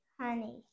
Honey